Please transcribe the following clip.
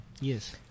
Yes